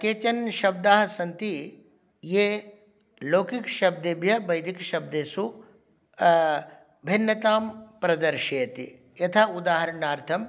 केचन शब्दाः सन्ति ये लौकिकशब्देभ्यः वैदिकशब्देषु भिन्नतां प्रदर्शयन्ति यथा उदाहरणार्थं